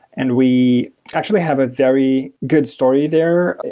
and we actually have a very good story there.